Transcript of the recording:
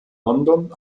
london